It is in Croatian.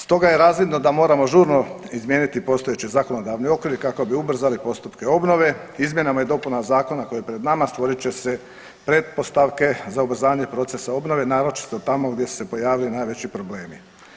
Stoga je razvidno da moramo žurno izmijeniti postojeći zakonodavni okvir kako bi ubrzali postupke obnove izmjenama i dopunama zakona koji je pred nama stvorit će se pretpostavke za ubrzanje procesa obnove naročito tamo gdje su se pojavili najveći problemi.